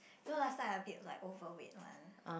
you know last time I a bit like overweight one